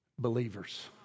Believers